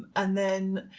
and then